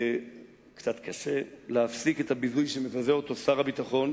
קצת קשה להפסיק את הביזוי שמבזה אותו שר הביטחון